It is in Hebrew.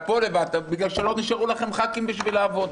אחרת כי לא נשארו לכם חברי כנסת בשביל לעבוד.